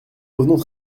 revenons